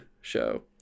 show